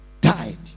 died